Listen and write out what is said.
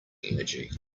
energy